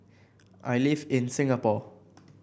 I live in Singapore